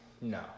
No